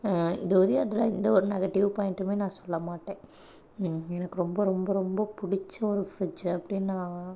இது வரையும் அதில் எந்த ஒரு நெகடிவ் பாயின்ட்டுமே நான் சொல்ல மாட்டேன் எனக்கு ரொம்ப ரொம்ப ரொம்ப பிடிச்ச ஒரு பிரிட்ஜ் அப்படினா